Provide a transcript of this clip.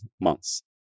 months